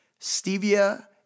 stevia